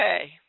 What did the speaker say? Okay